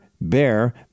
Bear